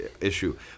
issue